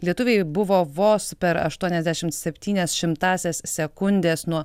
lietuviai buvo vos per aštuoniasdešim septynias šimtąsias sekundės nuo